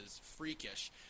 freakish